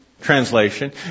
translation